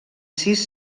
sis